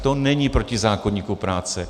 To není proti zákoníku práce.